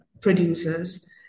producers